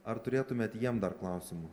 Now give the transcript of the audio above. ar turėtumėt jiem dar klausimų